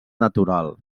natural